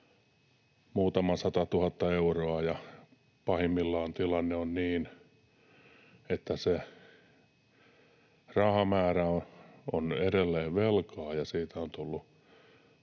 muutaman satatuhatta euroa, ja pahimmillaan tilanne on niin, että se rahamäärä on edelleen velkaa ja siitä jää